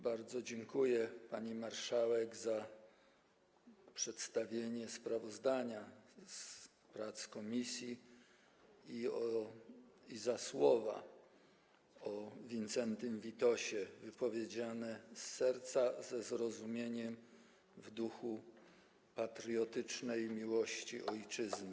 Bardzo dziękuję pani marszałek za przedstawienie sprawozdania z prac komisji i za słowa o Wincentym Witosie wypowiedziane z serca, ze zrozumieniem, w duchu patriotycznej miłości ojczyzny.